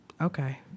Okay